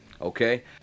Okay